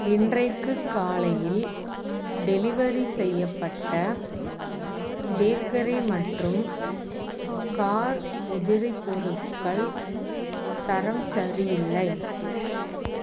இன்றைக்கு காலையில் டெலிவரி செய்யப்பட்ட பேக்கரி மற்றும் கார் உதிரி பொருட்கள் தரம் சரியில்லை